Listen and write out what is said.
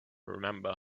remember